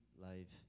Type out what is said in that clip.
life